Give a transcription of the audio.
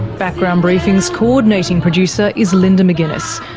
background briefing's coordinating producer is linda mcguinness,